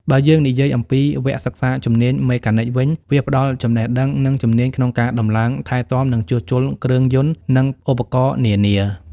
បើយើងនិយាយអំពីវគ្គសិក្សាជំនាញមេកានិកវិញ វាផ្តល់ចំណេះដឹង និងជំនាញក្នុងការដំឡើង ថែទាំ និងជួសជុលគ្រឿងយន្ត និងឧបករណ៍នានា។